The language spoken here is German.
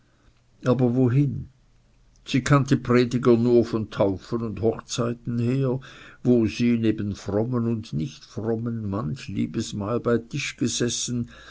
aber wohin sie kannte prediger nur von taufen und hochzeiten her wo sie neben frommen und nichtfrommen manch liebes mal bei tisch gesessen